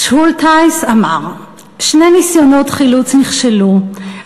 "שולטהייס אמר: 'שני ניסיונות חילוץ נכשלו,